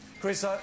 Chris